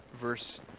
verse